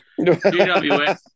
GWS